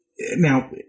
Now